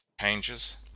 changes